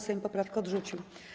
Sejm poprawkę odrzucił.